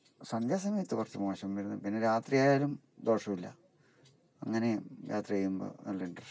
സന്ധ്യാ സമയത്ത് കുറച്ച് മോശം വരുന്ന് പിന്നെ രാത്രി ആയാലും ദോഷമില്ല അങ്ങനെ യാത്ര ചെയ്യുമ്പോൾ നല്ല ഇന്ട്രെസ്റ് ഉണ്ട്